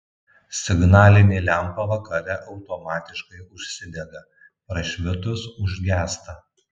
signalinė lempa vakare automatiškai užsidega prašvitus užgęsta